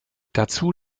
dazu